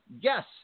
yes